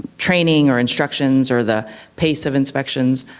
training or instructions or the pace of inspections?